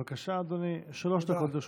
בבקשה, אדוני, שלוש דקות לרשותך.